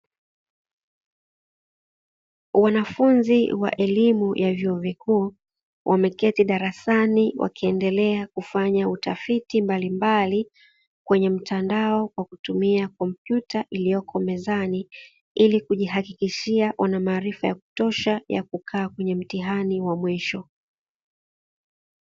Wanafunzi wa elimu ya vyuo vikuu, wameketi darasani wakiendelea kufanya utafiti mbalimbali kwenye mtandao kwa kutumia komputa iliyoko mezani, ili kujihakikishia wana maarifa ya kutosha kukaa katika mtihani wa mwisho.